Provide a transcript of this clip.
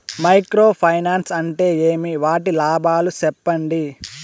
Micro finance అంటే ఏమి? వాటి లాభాలు సెప్పండి?